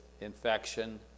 infection